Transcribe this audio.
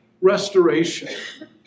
restoration